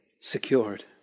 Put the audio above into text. secured